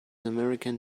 american